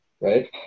right